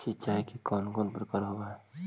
सिंचाई के कौन कौन प्रकार होव हइ?